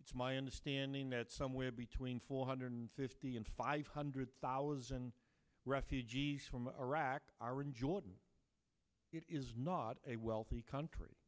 it's my understanding that somewhere between four hundred fifty and five hundred thousand refugees from iraq are in jordan it is not a wealthy country